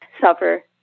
suffer